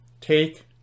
take